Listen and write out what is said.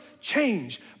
change